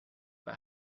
but